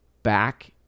back